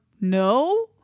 no